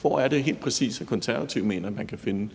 Hvor er det helt præcis at Konservative mener, man kan finde